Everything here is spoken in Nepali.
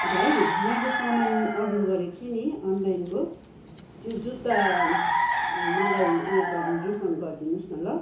भाइ मैले सामान अर्डर गरेको थिएँ नि अनलाइनको त्यो जुत्ता मलाई उयो गरिदिनु रिफन्ड गरिदिनुस् न ल